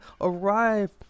arrive